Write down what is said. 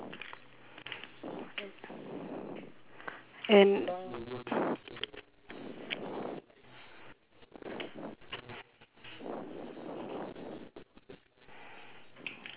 and